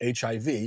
HIV